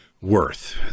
worth